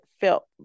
felt